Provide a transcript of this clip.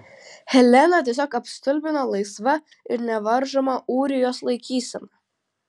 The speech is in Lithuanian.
heleną tiesiog apstulbino laisva ir nevaržoma ūrijos laikysena